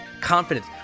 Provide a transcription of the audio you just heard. confidence